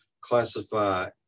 classify